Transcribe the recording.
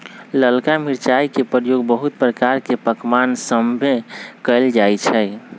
ललका मिरचाई के प्रयोग बहुते प्रकार के पकमान सभमें कएल जाइ छइ